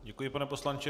Děkuji, pane poslanče.